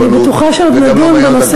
אני בטוחה שעוד נדון בנושא הזה.